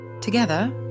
Together